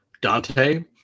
Dante